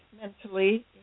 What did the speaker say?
mentally